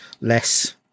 less